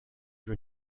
were